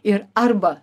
ir arba